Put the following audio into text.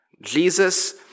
Jesus